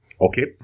Okay